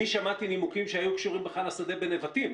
אני שמעתי נימוקים שהיו קשורים בכלל לשדה בנבטים,